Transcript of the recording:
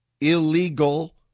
illegal